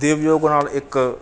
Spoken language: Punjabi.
ਦੇਵਯੋਗ ਨਾਲ ਇੱਕ